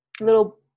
little